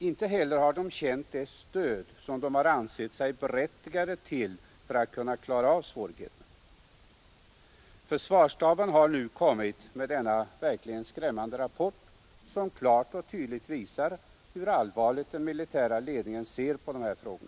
Inte heller har de känt det stöd som de ansett sig berättigade till för att kunna klara av amhet. Som statsrådet sagt i sitt svårigheterna. Försvarsstaben har nu kommit med denna verkligen skrämmande rapport, som klart och tydligt visar hur allvarligt den militära ledningen ser på dessa frågor.